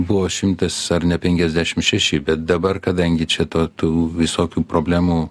buvo šimtas ar ne penkiasdešim šeši bet dabar kadangi čia tų visokių problemų